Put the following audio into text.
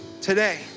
Today